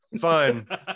fun